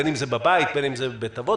בין אם זה בבית ובין אם זה בבית אבות.